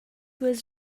was